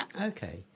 okay